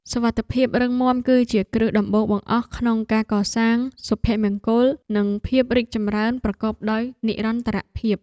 សុវត្ថិភាពរឹងមាំគឺជាគ្រឹះដំបូងបង្អស់ក្នុងការកសាងសភមង្គលនិងភាពរីកចម្រើនប្រកបដោយនិរន្តរភាព។